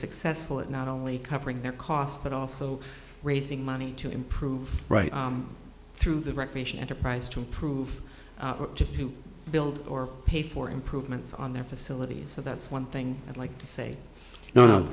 successful at not only covering their costs but also raising money to improve right through the recreation enterprise to improve build or pay for improvements on their facilities so that's one thing i'd like to say no